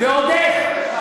ועוד איך.